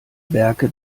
werke